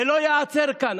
זה לא ייעצר כאן.